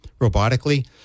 robotically